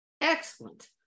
excellent